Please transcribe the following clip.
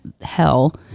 hell